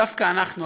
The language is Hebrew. דווקא אנחנו,